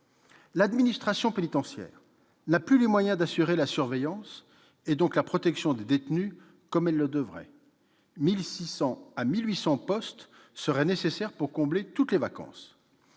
L'administration pénitentiaire n'a plus les moyens d'assurer la surveillance et donc la protection des détenus comme elle le devrait : 1 600 à 1 800 postes seraient nécessaires pour combler toutes les vacances.